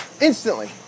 instantly